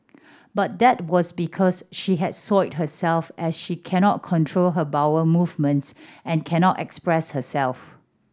but that was because she had soiled herself as she cannot control her bowel movements and can not express herself